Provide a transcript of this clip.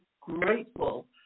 grateful